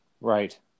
Right